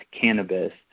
cannabis